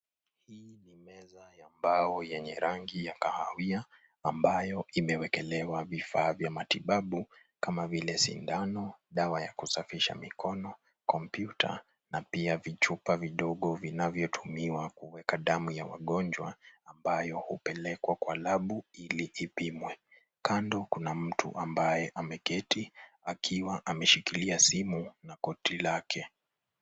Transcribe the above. Hii ni meza ya mbao yenye rangi ya kahawia, ambayo imewekelewa vifaa vya matibabu kama vile sindano, dawa ya kusafisha mikono, kompyuta na pia vichupa vidogo vinavyotumiwa kuweka damu ya wagonjwa ambayo hupelekwa kwa labu ili ipimwe. Kando kuna mtu ambaye ameketi, akiwa ameshikilia simu na koti lake.